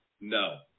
no